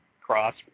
cross